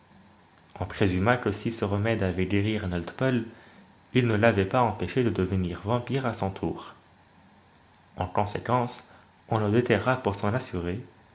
on présuma que si ce remède avait guéri arnold paul il ne l'avait pas empêché de devenir vampire à son tour en conséquence on le déterra pour s'en assurer